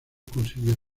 consiguió